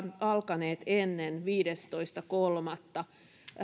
alkaneet ennen viidestoista kolmatta